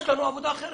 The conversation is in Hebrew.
יש לנו עבודה אחרת.